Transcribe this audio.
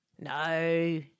No